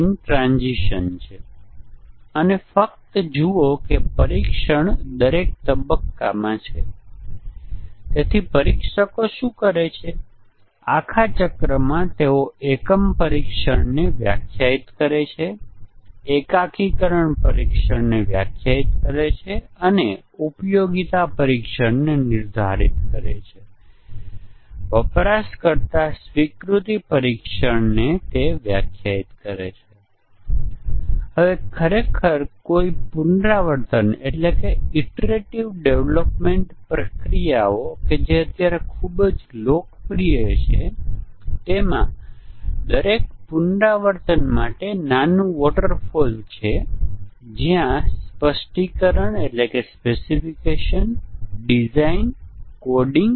આ એક સારી ડિઝાઇન છે એક સ્તરવાળી ડિઝાઇન છે જ્યાં મોડ્યુલોને હિયારચી માં ગોઠવવામાં આવે છે પરંતુ આપણી પાસે એવી પરિસ્થિતિ પણ હોઈ શકે છે કે જ્યાં M8 થી M6 અથવા M3 અને તેથી વધુનો સંબંધ છે એટલી સારી રીતે હિયારચી માં ન હોઈ શકે ડિઝાઇન કરેલ પ્રોગ્રામ આ એક સારી ડિઝાઇન પ્રોગ્રામનું ઉદાહરણ છે જ્યાં મોડ્યુલો એકબીજાને હિયારચી માં બોલાવે છે એક top level module lower level મોડ્યુલને બોલાવે છે અને લોઅર લેવલ મોડ્યુલથી ઉચ્ચ સ્તરના મોડ્યુલ પર કોઈ કોલ અસ્તિત્વમાં નથી અને તે ખૂબ જ સારો છે ડિઝાઇન પરંતુ પછી આપણી પાસે અન્ય પ્રકારની ડિઝાઇન પણ હોઈ શકે છે જ્યાં આપણી પાસે નીચલા સ્તરના મોડ્યુલને ઉચ્ચ સ્તરના મોડ્યુલ કહેવાના કેટલાક કિસ્સાઓ છે પરંતુ ચાલો જોઈએ કે મોડ્યુલ સ્ટ્રક્ચરના આધારે તમે ઈન્ટીગ્રેશન ટેસ્ટીંગ કેવી રીતે કરી શકો છો